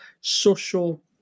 social